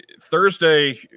Thursday